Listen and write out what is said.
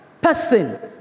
person